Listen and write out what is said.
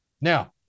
Now